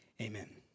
Amen